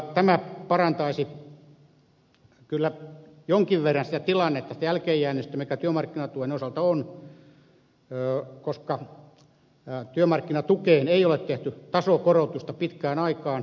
tämä parantaisi kyllä jonkin verran sitä tilannetta sitä jälkeenjääneisyyttä mikä työmarkkinatuen osalta on koska työmarkkinatukeen ei ole tehty tasokorotusta pitkään aikaan